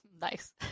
Nice